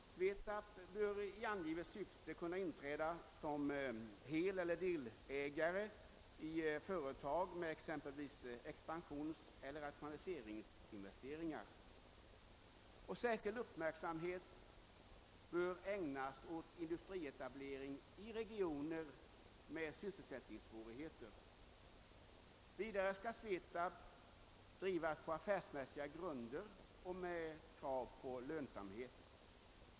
SVETAB bör i angivet syfte kunna inträda som heleller delägare i företag med exempelvis expansionseller rationaliseringsinvesteringar. Särskild uppmärksamhet bör ägnas åt industrietablering i regioner med sysselsättningssvårigheter. Vidare skall SVETAB drivas på affärsmässiga grunder och med krav på lönsamhet.